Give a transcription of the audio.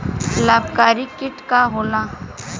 लाभकारी कीट का होला?